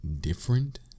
different